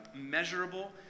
measurable